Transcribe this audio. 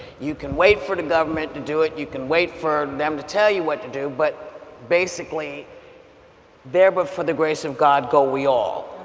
you can wait for the government to do it, you can wait for them to tell you what to do, but basically there but for the grace of god go we all,